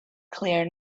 clear